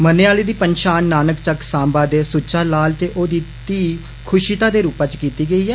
मरने आहले दी पंछान नानके चक्क दे सुच्चा लाल ते ओह्दी घीऽ खुशिता दे रूपै च कीती गेई ऐ